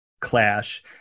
clash